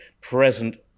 present